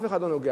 אף אחד לא נוגע.